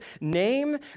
name